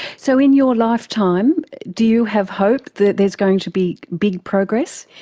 so in your lifetime do you have hope that there's going to be big progress?